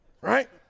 right